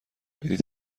بلیط